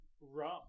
Rum